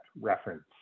reference